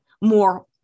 more